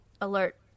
alert